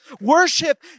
Worship